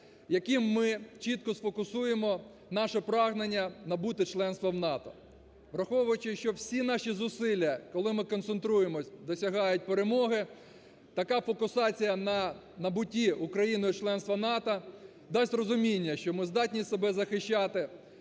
яким ми чітко сфокусуємо наше прагнення набути членство в НАТО. Враховуючи, що всі наші зусилля, коли ми концентруємось, досягають перемоги, така фукусація на набутті України членства у НАТО дасть розуміння, що ми здатні себе захищати